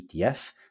ETF